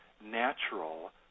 natural